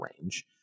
range